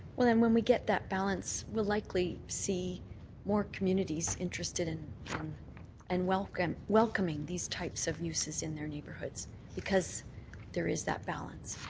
then when we get that balance, we'll likely see more communities interested in and welcoming welcoming these types of uses in their neighbourhoods because there is that balance.